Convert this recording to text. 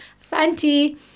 Santi